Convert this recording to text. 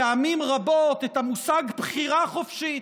פעמים רבות את המושג בחירה חופשית.